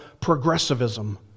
progressivism